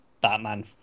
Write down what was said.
batman